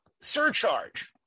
surcharge